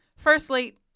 Firstly